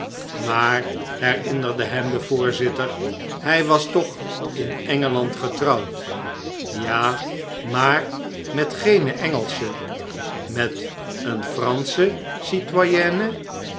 maar herinnerde hem de voorzitter hij was toch in engeland getrouwd ja maar met geene engelsche met eene fransche